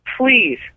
please